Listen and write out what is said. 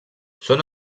són